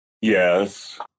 Yes